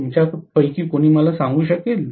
तुमच्यापैकी कुणी मला सांगू शकेल